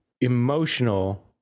emotional